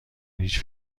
هیچ